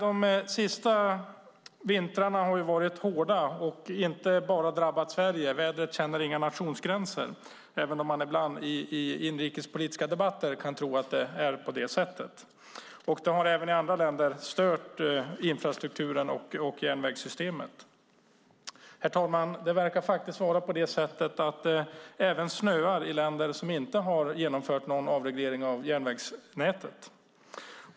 De senaste vintrarna har varit hårda och inte bara drabbat Sverige. Vädret känner inga nationsgränser, även om man ibland i inrikespolitiska debatter kan tro att det är på det sättet. Även i andra länder har vädret stört infrastrukturen och järnvägssystemet. Herr talman! Det verkar faktiskt vara på det sättet att det snöar även i länder som inte har genomfört någon avreglering av järnvägsnätet.